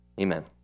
Amen